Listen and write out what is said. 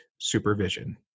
supervision